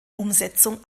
umsetzung